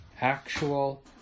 actual